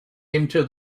into